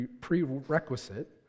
prerequisite